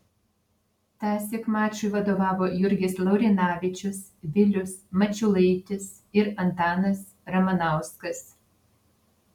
tąsyk mačui vadovavo jurgis laurinavičius vilius mačiulaitis ir antanas ramanauskas